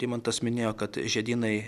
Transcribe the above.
rimantas minėjo kad žiedynai